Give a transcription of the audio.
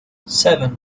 seven